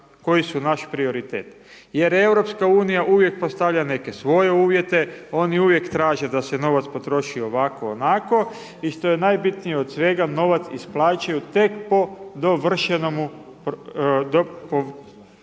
koji su naš prioritet, jer EU uvijek postavlja neke svoje uvjete oni uvijek traže da se novac potroši ovako onako i što je najbitnije od sve novac isplaćuju tek po dovršenomu